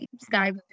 Sky